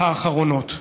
האחרונות.